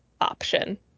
option